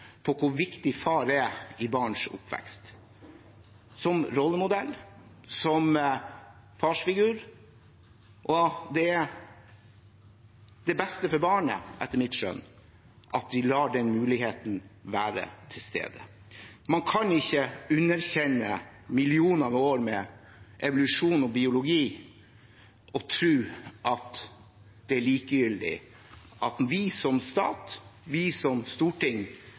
på hvor viktig far er i barns oppvekst, som rollemodell og som farsfigur. Det er etter mitt skjønn det beste for barnet at vi lar den muligheten være til stede. Man kan ikke underkjenne millioner av år med evolusjon og biologi og tro at det er likegyldig – og at vi som stat, som storting,